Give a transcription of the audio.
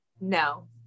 No